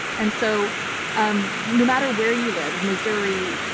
and so um no matter where you live, missouri,